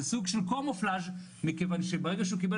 זה סוג של קומופלאז' מכיוון שברגע שהוא קיבל